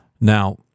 Now